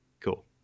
Cool